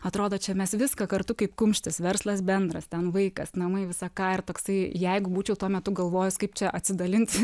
atrodo čia mes viską kartu kaip kumštis verslas bendras ten vaikas namai visa ką ir toksai jeigu būčiau tuo metu galvojus kaip čia atsidalinti